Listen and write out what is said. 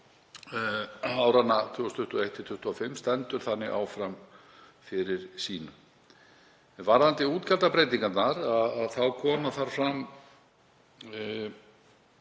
áranna 2021–2025 stendur þannig áfram fyrir sínu. Varðandi útgjaldabreytingarnar koma þar fram